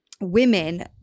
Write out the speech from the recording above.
women